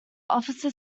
officer